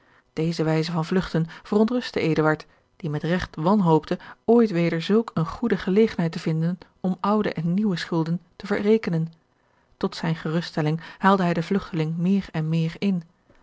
deze wijze van vlugten verontrustte eduard die met regt wanhoopte ooit weder zulk eene goede gelegenheid te vinden om oude en nieuwe schulden te verrekenen tot zijne geruststelling haalde hij den vlugteling meer en meer in